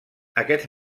aquests